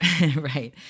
Right